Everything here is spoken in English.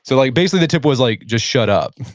so like basically, the tip was, like just shut-up